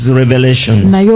revelation